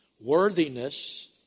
worthiness